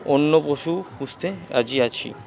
অন্য পশু পুষতে রাজি আছি